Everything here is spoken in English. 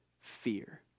fear